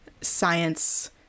science